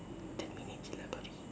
ten minutes